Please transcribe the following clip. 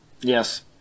Yes